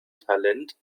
talent